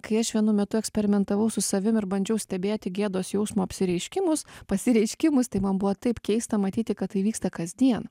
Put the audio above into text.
kai aš vienu metu eksperimentavau su savim ir bandžiau stebėti gėdos jausmo apsireiškimus pasireiškimus tai man buvo taip keista matyti kad tai vyksta kasdien